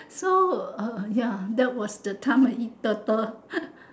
so uh ya that was the time I eat turtle